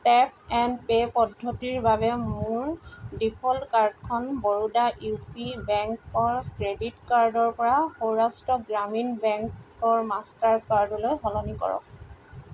tap and pay পদ্ধতিৰ বাবে মোৰ ডিফ'ল্ট কাৰ্ডখন বৰোডা ইউ পি বেংকৰ ক্ৰেডিট কাৰ্ডৰপৰা সৌৰাষ্ট্ৰ গ্ৰামীণ বেংকৰ মাষ্টাৰ কাৰ্ডলৈ সলনি কৰক